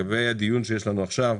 לגבי הדיון שיש לנו עכשיו,